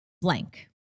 blank